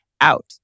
out